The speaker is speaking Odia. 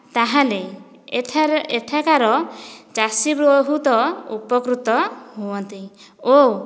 ତାହେଲେ ଏଠାରେ ଏଠାକାର ଚାଷୀ ବହୁତ ଉପକୃତ ହୁଅନ୍ତେ ଓ